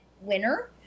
winner